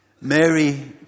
Mary